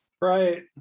Right